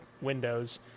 windows